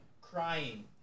Crying